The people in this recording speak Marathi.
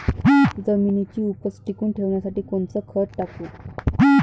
जमिनीची उपज टिकून ठेवासाठी कोनचं खत टाकू?